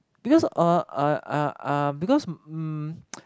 because uh uh uh uh because um